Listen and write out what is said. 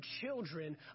children